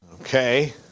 Okay